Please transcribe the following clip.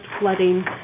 flooding